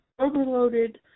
overloaded